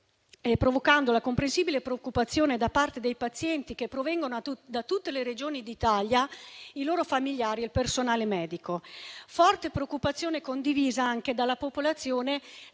provocando la comprensibile preoccupazione da parte dei pazienti che provengono da tutte le regioni d'Italia, delle loro famiglie e dal personale medico. Forte preoccupazione condivisa anche dalla popolazione